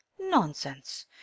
Nonsense